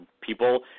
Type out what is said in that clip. people